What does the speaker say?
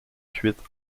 cuites